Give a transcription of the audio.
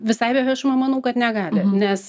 visai be viešo manau kad negali nes